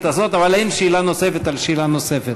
לא, זאת כבר שאלה נוספת, זאת כבר שאלה נוספת.